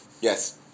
Yes